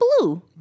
blue